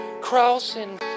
crossing